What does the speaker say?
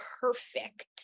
perfect